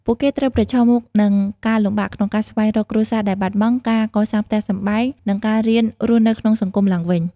ពួកគេត្រូវប្រឈមមុខនឹងការលំបាកក្នុងការស្វែងរកគ្រួសារដែលបាត់បង់ ការកសាងផ្ទះសម្បែង និងការរៀនរស់នៅក្នុងសង្គមឡើងវិញ។